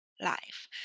life